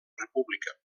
república